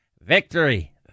Victory